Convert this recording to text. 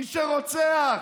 מי שרוצח,